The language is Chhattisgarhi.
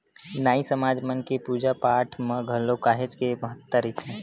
नाई समाज मन के पूजा पाठ म घलो काहेच के महत्ता रहिथे